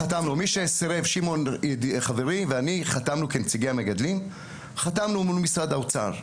שמעון ואני חתמנו כנציגי המגדלים מול משרד האוצר.